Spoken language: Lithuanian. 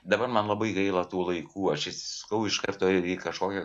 dabar man labai gaila tų laikų aš įsisukau iš karto ir į kažkokią